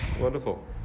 Wonderful